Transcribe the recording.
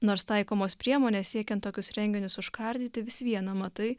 nors taikomos priemonės siekiant tokius renginius užkardyti vis viena matai